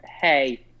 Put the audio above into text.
hey